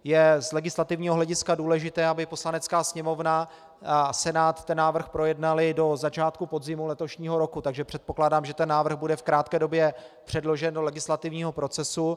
Je z legislativního hlediska důležité, aby Poslanecká sněmovna a Senát návrh projednaly do začátku podzimu letošního roku, takže předpokládám, že návrh bude v krátké době předložen do legislativního procesu.